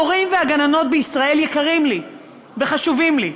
המורים והגננות בישראל יקרים לי וחשובים לי,